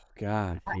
God